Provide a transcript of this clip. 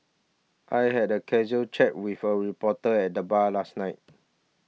I had a casual chat with a reporter at the bar last night